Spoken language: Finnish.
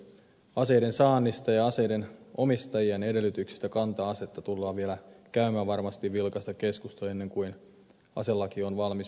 aseiden saannista ja aseiden omistajien edellytyksistä kantaa asetta tullaan vielä käymään varmasti vilkasta keskustelua ennen kuin aselaki on valmis hyväksyttäväksi